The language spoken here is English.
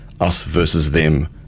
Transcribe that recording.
us-versus-them